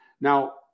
Now